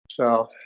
so